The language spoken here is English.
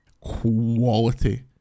quality